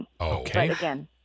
Okay